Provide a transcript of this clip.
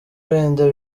wenda